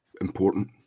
important